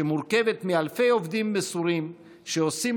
שמורכבת מאלפי עובדים מסורים שעושים